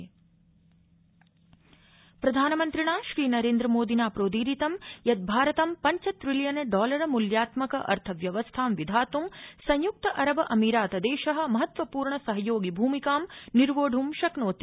प्रधानमन्त्री संयुक्त अरब अमीरात प्रधानमन्त्रिणा श्री नरेन्द्रमोदिना प्रोदीरितं यत् भारतं पञ्च त्रिलियन डॉलर मूल्यात्मक अर्थव्यवस्थां विधातं संयुक्त अरब अमीरात देश महत्वपूर्ण सहयोगि भूमिकां निर्वोत् शक्नोति